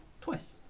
twice